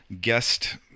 guest